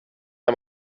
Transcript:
amb